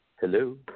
Hello